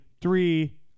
three